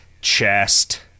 chest